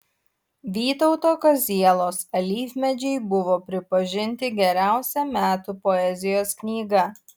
vytauto kazielos alyvmedžiai buvo pripažinti geriausia metų poezijos knyga